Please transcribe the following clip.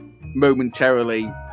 momentarily